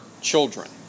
children